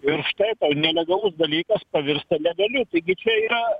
ir štai nelegalus dalykas pavirsta legaliu taigi čia yra